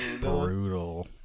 brutal